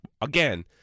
again